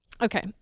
Okay